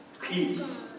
peace